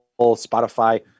Spotify